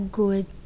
good